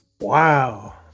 Wow